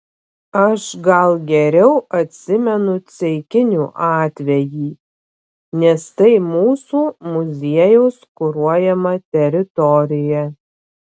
aš gal geriau atsimenu ceikinių atvejį nes tai mūsų muziejaus kuruojama teritorija